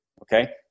Okay